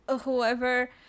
whoever